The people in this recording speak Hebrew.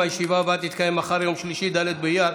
עד שלוש דקות לרשותך.